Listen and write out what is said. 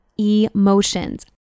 emotions